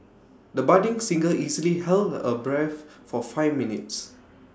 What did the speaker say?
the budding singer easily held her breath for five minutes